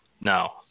No